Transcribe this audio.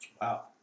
Wow